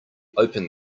opened